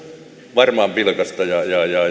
varmaan vilkasta ja